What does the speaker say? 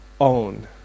own